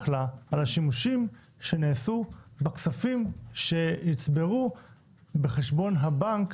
לה על השימושים שנעשו בכספים שנצברו בחשבון הבנק